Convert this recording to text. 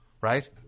right